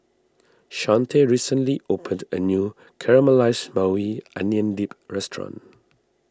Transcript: Shante recently opened a new Caramelized Maui Onion Dip restaurant